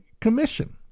commission